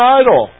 idol